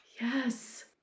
Yes